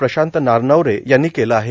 प्रशांत नारनवरे यांनी केलं आहे